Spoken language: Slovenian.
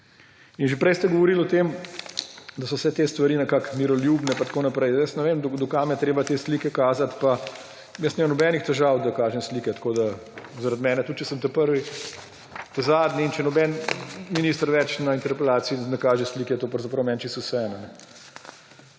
In že prej ste govorili o tem, da so vse te stvari nekako miroljubne pa tako naprej. Jaz ne vem, do kam je treba te slike kazati. Pa jaz nimam nobenih težav, da kažem slike. Zaradi mene tudi če sem prvi, zadnji in če noben minister več na interpelaciji ne kaže slik, je pravzaprav meni čisto vseeno.